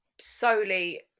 solely